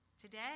Today